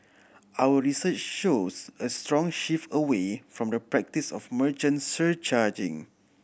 our research shows a strong shift away from the practice of merchant surcharging